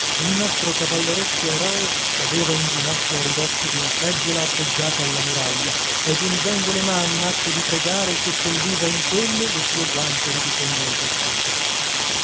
il nostro cavalleresco eroe cadeva in ginocchio a ridosso d'una seggiola appoggiata alla muraglia e giungendo le mani in atto dì pregare seppelliva in quelle le sue guancie rubiconde e paffute